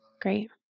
Great